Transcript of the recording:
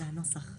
גם הנושא הזה נבחן,